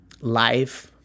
life